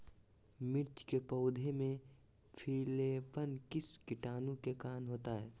मिर्च के पौधे में पिलेपन किस कीटाणु के कारण होता है?